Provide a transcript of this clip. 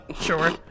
sure